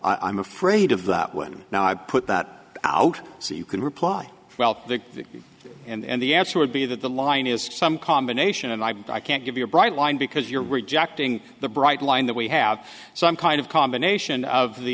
exercise i'm afraid of that when now i put that out so you can reply well that and the answer would be that the line is some combination and i can't give you a bright line because you're rejecting the bright line that we have some kind of combination of the